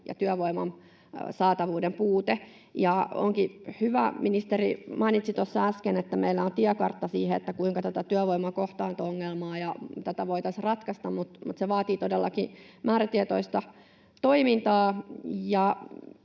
ja työvoiman saatavuuden puute. Onkin hyvä — kuten ministeri mainitsi tuossa äsken — että meillä on tiekartta siihen, kuinka tätä työvoiman kohtaanto-ongelmaa voitaisiin ratkaista, mutta se vaatii todellakin määrätietoista toimintaa.